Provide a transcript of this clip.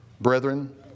Brethren